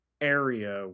area